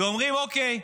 ואומרים: אוקיי,